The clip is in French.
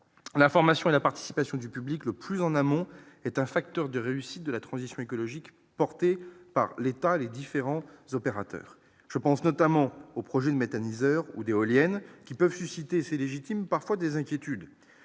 la formation à la participation du public le plus en amont est un facteur de réussite de la transition écologique, porté par l'État et les différents opérateurs, je pense notamment au projet de méthaniseur ou d'éoliennes qui peuvent susciter, c'est légitime, parfois des inquiétudes,